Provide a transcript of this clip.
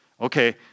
okay